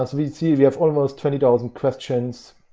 ah we see, we have almost twenty thousand questions,